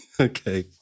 Okay